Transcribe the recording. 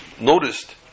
noticed